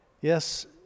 Yes